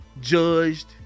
judged